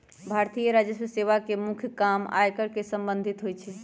भारतीय राजस्व सेवा के मुख्य काम आयकर से संबंधित होइ छइ